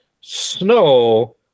snow